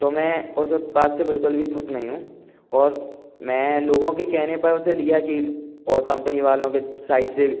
तो मैं उस उत्पाद से बिल्कुल भी खुश नहीं हूँ और मैं लोगों के कहने पर उसे लिया कि और कम्पनी वालों के साइट से